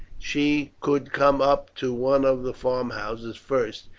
she could come up to one of the farm houses first,